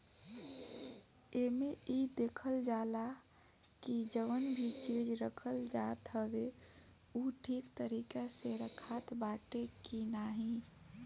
एमे इ देखल जाला की जवन भी चीज रखल जात हवे उ ठीक तरीका से रखात बाटे की नाही